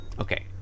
Okay